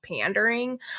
Pandering